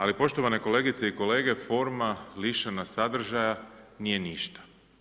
Ali poštovane kolegice i kolege, forma lišena sadržaja nije ništa.